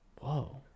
Whoa